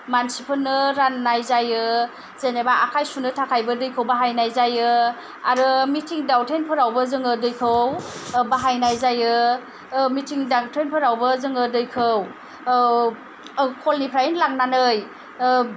मानसिफोरनो राननाय जायो जेनेबा आखाइ सुनो थाखायबो दैखौ बाहायनाय जायो आरो मिथिं दावथिंफोरावबो जोङो दैखौ बाहायनाय जायो मिथिं दावथिंफोरावबो जोङो दैखौ खलनिफ्रायनो लांनानै